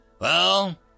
Well